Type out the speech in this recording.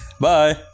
Bye